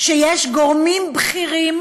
שיש גורמים בכירים